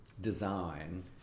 design